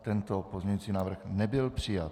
Tento pozměňovací návrh nebyl přijat.